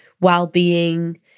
well-being